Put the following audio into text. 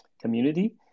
community